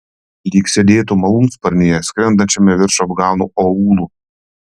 lyg sėdėtų malūnsparnyje skrendančiame virš afganų aūlų